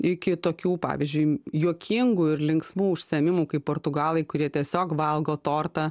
iki tokių pavyzdžiui juokingų ir linksmų užsiėmimų kaip portugalai kurie tiesiog valgo tortą